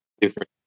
Different